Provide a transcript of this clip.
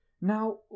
now